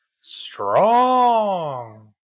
strong